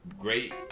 Great